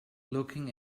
looking